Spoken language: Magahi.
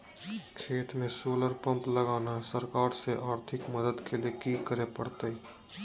खेत में सोलर पंप लगाना है, सरकार से आर्थिक मदद के लिए की करे परतय?